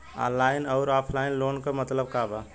Online अउर offline loan क मतलब का बा?